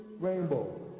Rainbow